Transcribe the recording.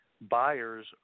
Buyers